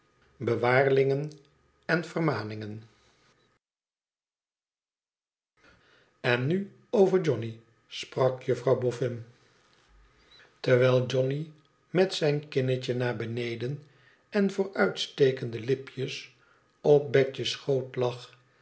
zijn vaandel en nu over johnny sprak juffrouw boffin terwijl johnny met zijn kinnetje naar beneden en vooruitstekende lipjes op betje's schoot lag